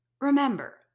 remember